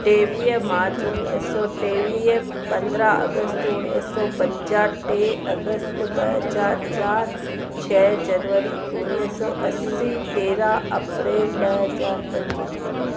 टेवीह मार्च उणिवीह सौ टेवीह पंद्रहं अगस्त उणिवीह सौ पंजाह टे अगस्त ॿ हज़ार चार छह जनवरी उणिवीह सौ असी तेरहं अप्रेल ॿ हज़ार पंज